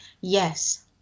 Yes